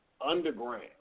underground